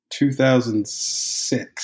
2006